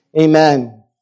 Amen